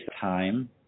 time